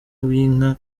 w’inka